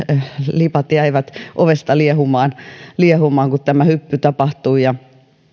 lipat jäivät ovesta liehumaan liehumaan kun tämä hyppy tapahtui ja